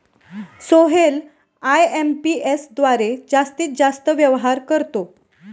Sohail IMPS द्वारे जास्तीत जास्त व्यवहार करतो